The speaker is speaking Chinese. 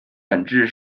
本质